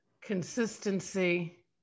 consistency